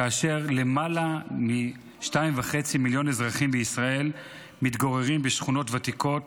כאשר למעלה מ-2.5 מיליון אזרחים בישראל מתגוררים בשכונות ותיקות,